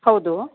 ಹೌದು